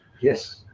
Yes